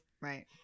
Right